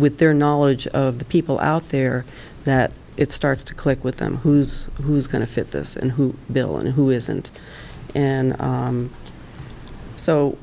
with their knowledge of the people out there that it starts to click with them who's who's going to fit this and who bill and who isn't and so